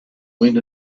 went